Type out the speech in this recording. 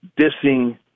dissing